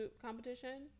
competition